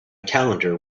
calendar